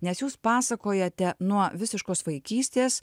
nes jūs pasakojate nuo visiškos vaikystės